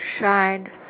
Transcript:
shine